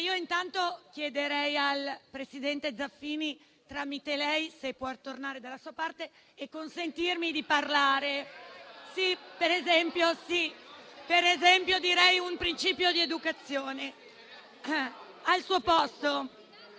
intanto chiederei al presidente Zaffini, tramite lei, se può tornare dalla sua parte e consentirmi di parlare. *(Commenti).* Sì, per esempio, direi che è un principio di educazione. Chiedo